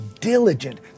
diligent